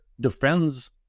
defends